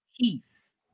peace